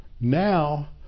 Now